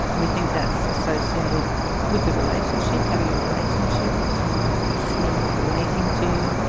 we think that's associated with the relationship, having a relationship with someone who is listening and relating to you,